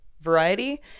variety